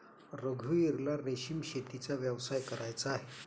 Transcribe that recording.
रघुवीरला रेशीम शेतीचा व्यवसाय करायचा आहे